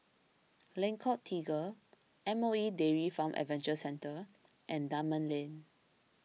Lengkok Tiga M O E Dairy Farm Adventure Centre and Dunman Lane